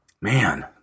Man